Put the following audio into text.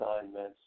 assignments